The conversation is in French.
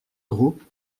groupe